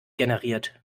generiert